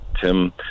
Tim